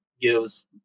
gives